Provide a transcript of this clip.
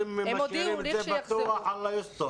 אם הם משאירים את זה פתוח, אללה יוסטור.